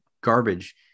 garbage